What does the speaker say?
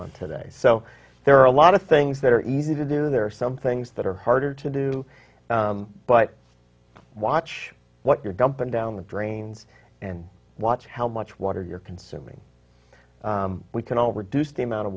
fun today so there are a lot of things that are easy to do there are some things that are harder to do but watch what you're dumping down the drains and watch how much water you're consuming we can all reduce the amount of